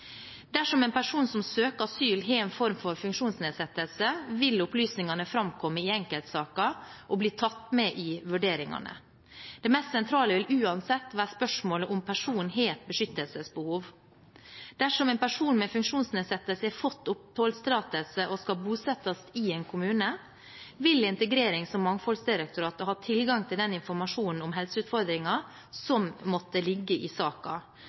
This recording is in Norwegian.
Dersom en person som søker asyl har en form for funksjonsnedsettelse, vil opplysningene framkomme i enkeltsaker og bli tatt med i vurderingene. Det mest sentrale vil uansett være spørsmålet om personen har et beskyttelsesbehov. Dersom en person med funksjonsnedsettelse har fått oppholdstillatelse og skal bosettes i en kommune, vil Integrerings- og mangfoldsdirektoratet ha tilgang til den informasjonen om helseutfordringer som måtte ligge i